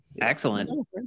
Excellent